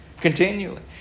Continually